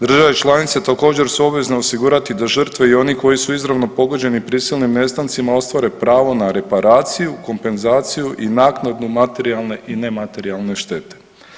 Države članice također su obvezne osigurati da žrtve i oni koji su izravno pogođeni prisilnim nestancima ostvare pravo na reparaciju, kompenzaciju i naknadu materijalne i nematerijalne štete.